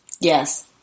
Yes